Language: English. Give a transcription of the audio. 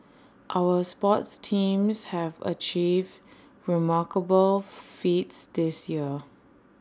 our sports teams have achieved remarkable feats this year